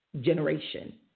generation